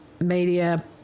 media